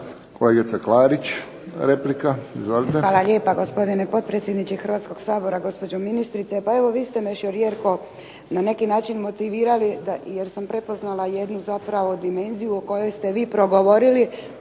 Izvolite. **Klarić, Nedjeljka (HDZ)** Hvala lijepa. Gospodine potpredsjedniče Hrvatskoga sabora. Gospođo ministrice. Pa evo vi ste me šjor Jerko na neki način motivirali jer sam prepoznala jednu zapravo dimenziju o kojoj ste vi progovorili